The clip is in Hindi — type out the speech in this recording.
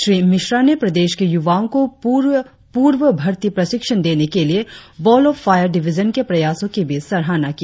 श्री मिश्रा ने प्रदेश के युवाओं को पूर्व भर्ती प्रशिक्षण देने के लिए बॉल ऑफ फायर डिविजन के प्रयासों की भी सराहना की